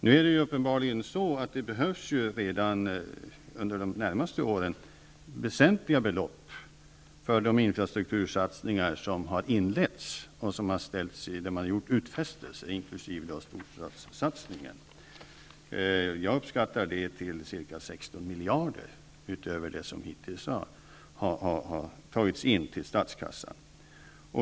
Nu är det uppenbarligen så att det redan under de närmaste åren behövs väsentliga belopp för de infrastruktursatsningar som har inletts och där man har gjort utfästelser, inkl. storstadssatsningen. Jag uppskattar det till ca 16 miljarder kronor, utöver det som hittills har tagits in till statskassan.